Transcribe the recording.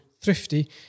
THRIFTY